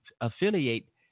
affiliate